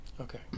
okay